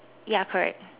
ya correct